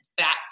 fat